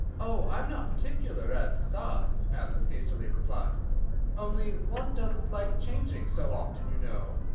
oh, i'm not particular as to size, alice hastily replied only one doesn't like changing so often, you know.